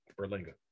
Berlinga